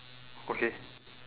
okay